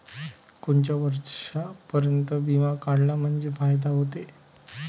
कोनच्या वर्षापर्यंत बिमा काढला म्हंजे फायदा व्हते?